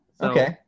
Okay